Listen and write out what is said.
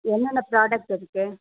என்னென்ன புராடக்ட் இருக்கு